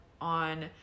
on